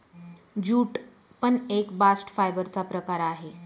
jute पण एक bast fibre चा प्रकार आहे